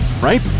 right